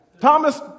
Thomas